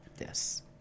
Yes